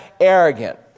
arrogant